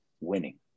winning